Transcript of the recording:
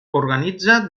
organitza